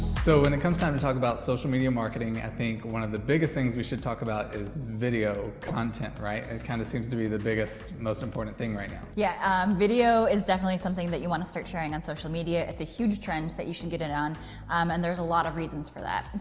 so when it comes time to talk about social media marketing, i think one of the biggest things we should talk about is video content, right? it and kind of seems to be the biggest, most important thing right now. yeah, video is definitely something that you want to start sharing on social media. it's a huge trend that you should get in on um and there's a lot of reasons for that.